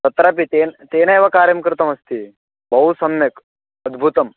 तत्रापि केन तेनैव कार्यं कृतमस्ति बहु सम्यक् अद्भुतं